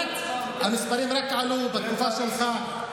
המספרים רק עלו בתקופה שלך,